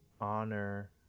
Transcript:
honor